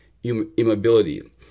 immobility